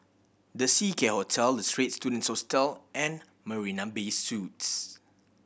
The Seacare Hotel The Straits Students Hostel and Marina Bay Suites